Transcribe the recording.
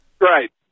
Right